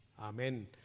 Amen